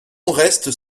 restes